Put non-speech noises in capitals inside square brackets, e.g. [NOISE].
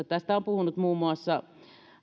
[UNINTELLIGIBLE] tästä on puhunut muun muassa